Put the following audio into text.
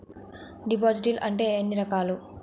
Deposit అంటే ఏమిటీ ఎన్ని రకాలు?